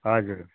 हजुर